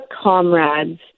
comrades